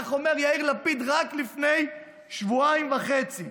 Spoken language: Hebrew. כך אומר יאיר לפיד רק לפני שבועיים וחצי.